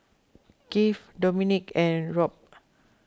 Kieth Dominque and Rob